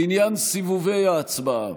לעניין סיבובי ההצבעה,